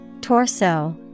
Torso